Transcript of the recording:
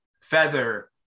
Feather